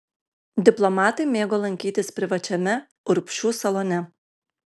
diplomatai mėgo lankytis privačiame urbšių salone